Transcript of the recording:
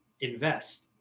invest